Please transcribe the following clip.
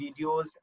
videos